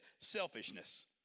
selfishness